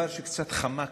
חברת הכנסת לזימי.